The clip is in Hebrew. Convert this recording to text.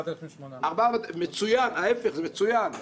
4,800. 4,800. ההפך, זה מצוין.